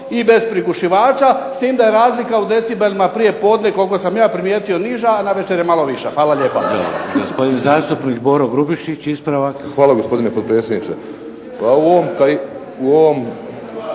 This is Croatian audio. Hvala gospodine potpredsjedniče.